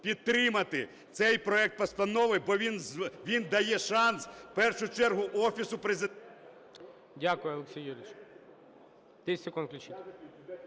підтримати цей проект постанови, бо він дає шанс в першу чергу Офісу Президента… ГОЛОВУЮЧИЙ. Дякую, Олексій Юрійович. 10 секунд включіть.